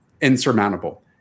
insurmountable